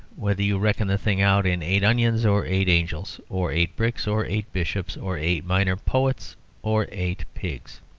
whether you reckon the thing out in eight onions or eight angels, or eight bricks or eight bishops, or eight minor poets or eight pigs.